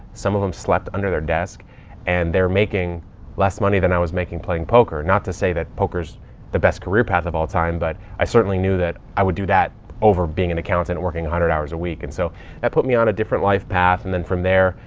some of them slept under their desk and they're making less money than i was making playing poker. not to say that poker is the best career path of all time, but i certainly knew that i would do that over being an accountant and working a hundred hours a week. and so that put me on a different life path. and then from there,